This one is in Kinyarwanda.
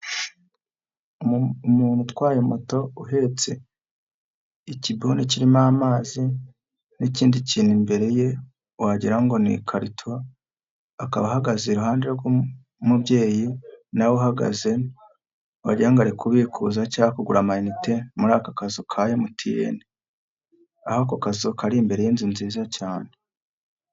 Umuntu utwaye moto uhetse ikiboni kirimo amazi n'ikindi kintu imbere ye wagirango ngo ni ikarito akaba ahagaze iruhande rw'umubyeyi nawe uhagaze wagirango ari kubikuza cyangwa kugura amanite muri aka kazu ka emutiyene(MTN) aho ako kazu kari imbere y'inzu nziza cyane.